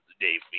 Dave